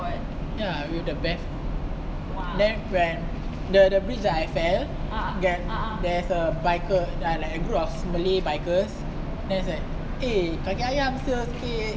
ya with the bag then when the the bridge that I fell then there's a biker like a group of malay bikers then it's like eh kaki ayam [siol] skate